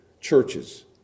churches